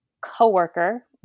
coworker